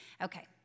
Okay